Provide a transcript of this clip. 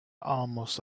almost